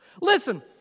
Listen